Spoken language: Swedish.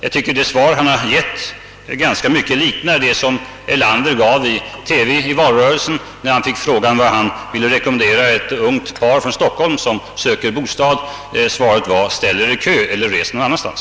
Jag tycker det svar han gett ganska mycket liknar det som herr Erlander gav i TV under valrörelsen, när han fick frågan, vad han ville rekommendera ett ungt par från Stockholm som sökte bostad; ställ er i bostadskön eller res någon annanstans!